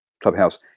clubhouse